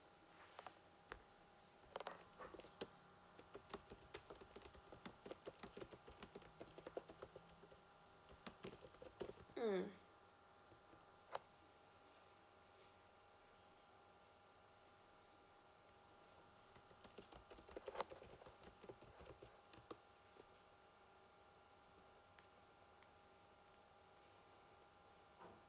mm